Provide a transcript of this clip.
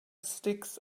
sticks